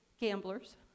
gamblers